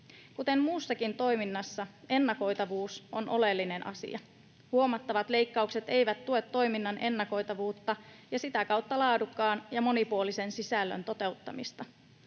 Kuten muussakin toiminnassa, ennakoitavuus on oleellinen asia. Huomattavat leikkaukset eivät tue toiminnan ennakoitavuutta ja sitä kautta laadukkaan ja monipuolisen sisällön toteuttamista.